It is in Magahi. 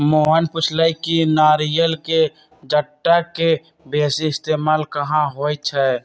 मोहन पुछलई कि नारियल के जट्टा के बेसी इस्तेमाल कहा होई छई